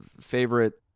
favorite